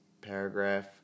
paragraph